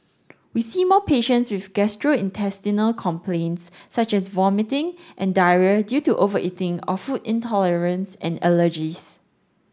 we see more patients with gastrointestinal complaints such as vomiting and diarrhoea due to overeating or food intolerance and allergies